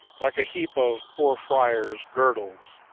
like a heap of poor friars' girdles.